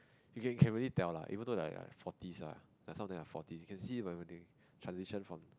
you can can tell lah even though like forty ah some of them are forty you can see everything transition from